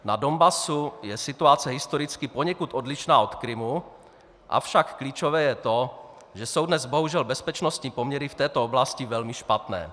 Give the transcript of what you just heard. Na Donbasu je situace historicky poněkud odlišná od Krymu, avšak klíčové je to, že jsou dnes bohužel bezpečnostní poměry v této oblasti velmi špatné.